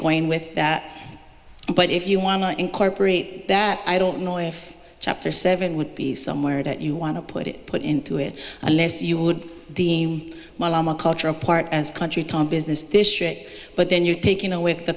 going with that but if you want to incorporate that i don't know if chapter seven would be somewhere that you want to put it put into it unless you would deem mama culture a part as country town business district but then you're taking away the